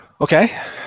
Okay